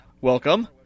welcome